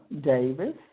Davis